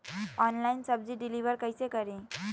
Online सब्जी deliver कैसे करें?